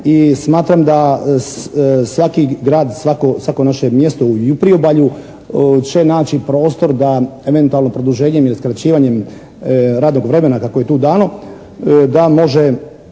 smatram da svaki grad, svako naše mjesto i u Priobalju će naći prostor da eventualno produženjem ili skraćivanjem radnog vremena kako je tu dano da može